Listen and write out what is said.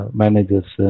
managers